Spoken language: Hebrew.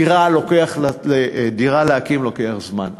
דירה להקים לוקח זמן.